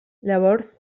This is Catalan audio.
llavors